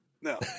No